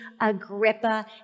Agrippa